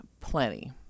plenty